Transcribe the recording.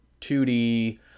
2D